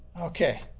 Okay